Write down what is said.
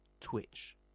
Twitch